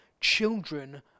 children